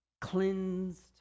cleansed